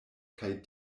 kaj